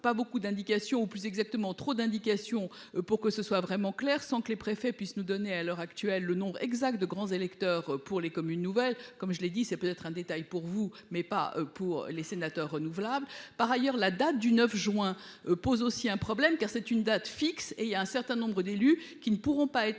pas beaucoup d'indications ou plus exactement trop d'indications pour que ce soit vraiment claire, sans que les préfets puissent nous donner à l'heure actuelle, le nombre exact de grands électeurs pour les comme une nouvelle comme je l'ai dit c'est peut-être un détail pour vous mais pas pour les sénateurs renouvelables par ailleurs la date du 9 juin pose aussi un problème car c'est une date fixe et il y a un certain nombre d'élus qui ne pourront pas être